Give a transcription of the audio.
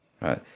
right